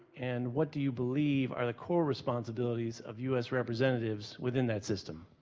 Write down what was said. and what do you believe are the core responsibilities of u s. representatives within that system?